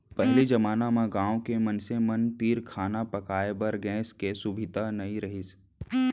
पहिली जमाना म गॉँव के मनसे मन तीर खाना पकाए बर गैस के सुभीता नइ रहिस